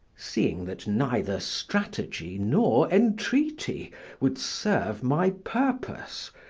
seeing that neither strategy nor entreaty would serve my purpose,